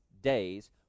days